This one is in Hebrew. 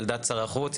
היא על דעת שר החוץ,